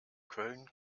köln